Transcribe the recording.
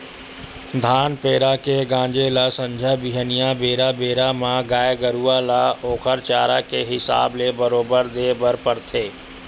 धान पेरा के गांजे ल संझा बिहनियां बेरा बेरा म गाय गरुवा ल ओखर चारा के हिसाब ले बरोबर देय बर परथे